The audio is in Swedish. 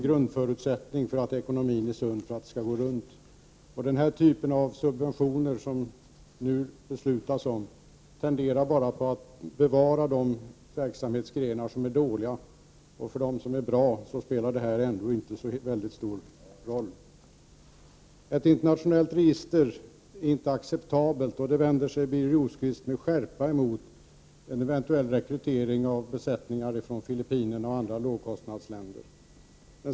Grundförutsättningen för att det skall gå runt är att ekonomin är sund. Den typ av subventioner som nu föreslås tenderar bara att bevara verksamheter som är dåliga; för dem som är bra spelar de ändå inte så stor roll. Ett internationellt register är inte acceptabelt, säger Birger Rosqvist och vänder sig med skärpa mot en eventuell rekrytering av besättningar från Filippinerna och andra lågkostnadsländer.